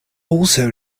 also